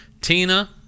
Tina